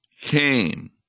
came